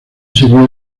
sería